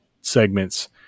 segments